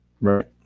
Right